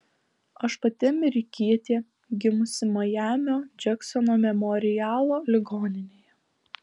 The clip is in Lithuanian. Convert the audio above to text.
aš pati amerikietė gimusi majamio džeksono memorialo ligoninėje